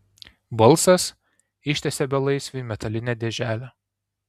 balsas ištiesė belaisviui metalinę dėželę